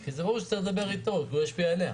כי זה ברור שצריך לדבר איתו כי הוא ישפיע עליה.